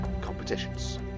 competitions